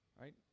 Right